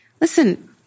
listen